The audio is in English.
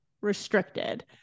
restricted